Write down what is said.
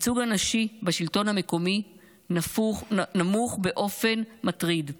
הייצוג הנשי בשלטון המקומי נמוך באופן מטריד.